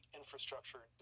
infrastructure